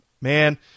Man